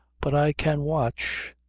but i can watch.